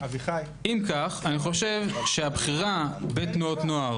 אם כך אני חושב שהבחירה בתנועות נוער